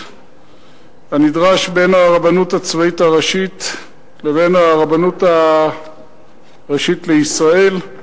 הנדרשים בין הרבנות הצבאית הראשית לבין הרבנות הראשית לישראל,